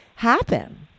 happen